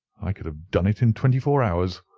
i could have done it in twenty-four hours.